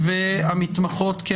אני